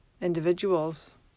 individuals